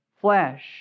flesh